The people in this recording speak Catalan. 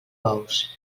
bous